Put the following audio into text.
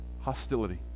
hostility